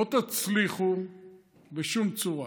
לא תצליחו בשום צורה